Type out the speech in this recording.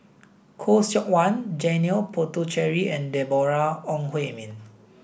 Khoo Seok Wan Janil Puthucheary and Deborah Ong Hui Min